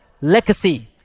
legacy